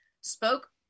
spoke